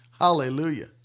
Hallelujah